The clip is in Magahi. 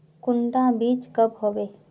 कुंडा बीज कब होबे?